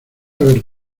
haber